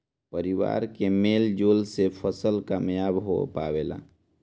परिवार के मेल जोल से फसल कामयाब हो पावेला